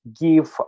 give